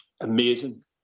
amazing